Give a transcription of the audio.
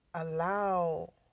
Allow